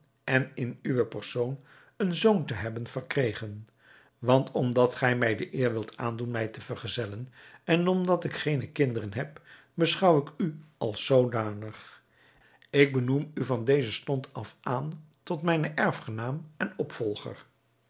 en in uwen persoon een zoon te hebben verkregen want omdat gij mij de eer wilt aandoen mij te vergezellen en omdat ik geene kinderen heb beschouw ik u als zoodanig ik benoem u van dezen stond af aan tot mijnen erfgenaam en opvolger